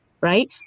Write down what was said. right